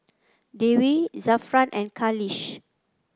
Dewi Zafran and Khalish